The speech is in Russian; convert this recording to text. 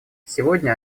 сегодня